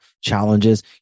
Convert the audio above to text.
challenges